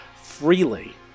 freely